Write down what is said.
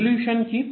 resolution কী